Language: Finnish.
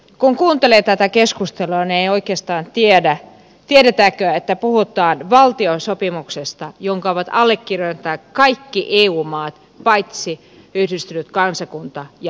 kun kuuntelee tätä keskustelua ei oikeastaan tiedä tiedetäänkö että puhutaan valtiosopimuksesta jonka ovat allekirjoittaneet kaikki eu maat paitsi yhdistynyt kuningaskunta ja tsekki